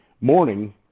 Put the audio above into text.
morning